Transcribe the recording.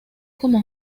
como